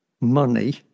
money